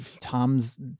Tom's